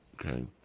Okay